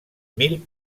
mil